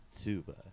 Tuba